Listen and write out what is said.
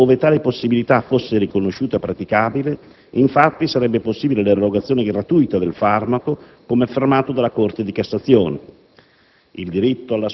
Soltanto ove tale possibilità fosse riconosciuta praticabile, infatti, sarebbe possibile l'erogazione gratuita del farmaco; come affermato dalla Corte di Cassazione,